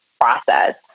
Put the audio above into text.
process